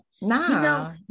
No